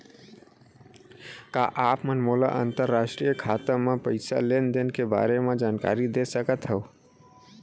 का आप मन मोला अंतरराष्ट्रीय खाता म पइसा लेन देन के बारे म जानकारी दे सकथव?